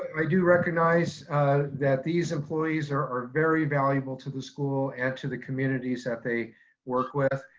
i do recognize that these employees are are very valuable to the school and to the communities that they work with.